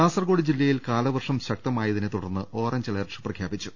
കാസർകോഡ് ജില്ലയിൽ കാലവർഷം ശക്തമായതിനെ തുടർന്ന് ഓറഞ്ച് അലർട്ട് പ്രഖ്യാപിച്ചു